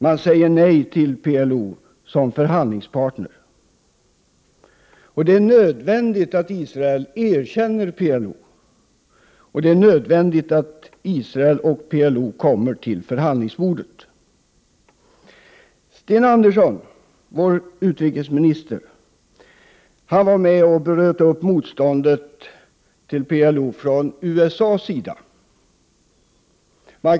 Man säger nej till PLO som förhandlingspartner. Det är nödvändigt att Israel erkänner PLO och att Israel och PLO kommer till förhandlingsbordet. Sten Andersson, vår utrikesminister, var med och bröt upp motståndet från USA:s sida till PLO.